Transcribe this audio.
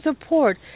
support